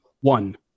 One